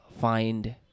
find